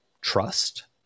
trust